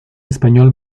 español